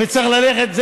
וצריך ללכת.